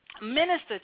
minister